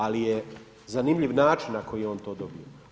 Ali je zanimljiv način na koji je on to dobio.